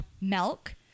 Milk